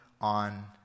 on